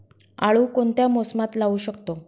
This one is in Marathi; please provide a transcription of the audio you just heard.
आळू कोणत्या मोसमात लावू शकतो?